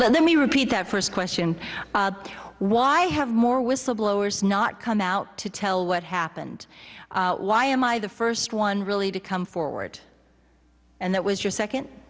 let me repeat that first question why have more whistleblowers not come out to tell what happened why am i the first one really to come forward and that was your second